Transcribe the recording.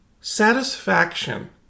satisfaction